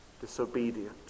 disobedient